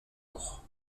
jour